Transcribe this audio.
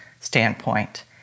standpoint